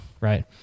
Right